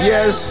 Yes